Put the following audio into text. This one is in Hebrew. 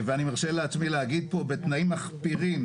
ואני מרשה לעצמי להגיד פה בתנאים מחפירים.